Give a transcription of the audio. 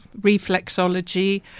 reflexology